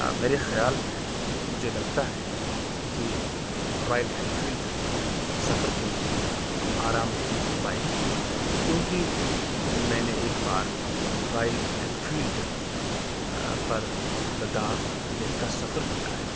میرے خیال میں مجھے لگتا ہے کہ رائل اینفیلڈ سفر کے لیے آرامدہ بائک ہے کیونکہ میں نے ایک بار رائل اینفیلڈ پر لداخ لیہہ کا سفر کیا ہے